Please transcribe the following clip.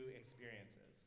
experiences